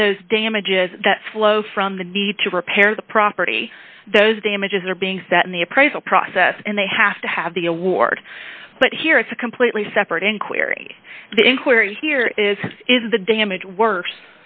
for those damages that flow from the need to repair the property those damages are being set in the appraisal process and they have to have the award but here it's a completely separate inquiry the inquiry here is is the damage worse